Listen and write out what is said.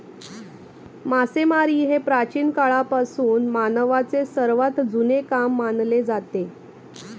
मासेमारी हे प्राचीन काळापासून मानवाचे सर्वात जुने काम मानले जाते